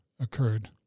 occurred